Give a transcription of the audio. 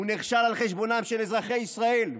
הוא נכשל על חשבונם של אזרחי ישראל,